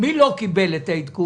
מי לא קיבל את העדכון?